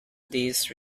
disc